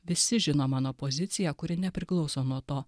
visi žino mano poziciją kuri nepriklauso nuo to